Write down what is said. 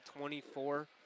24